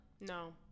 no